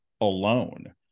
alone